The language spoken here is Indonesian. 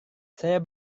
saya